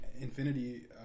Infinity